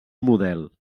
model